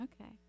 Okay